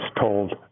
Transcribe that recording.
told